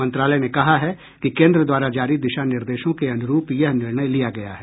मंत्रालय ने कहा है कि केन्द्र द्वारा जारी दिशा निर्देशों के अनुरूप यह निर्णय लिया गया है